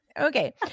okay